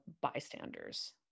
bystanders